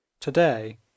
Today